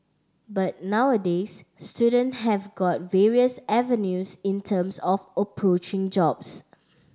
but nowadays student have got various avenues in terms of approaching jobs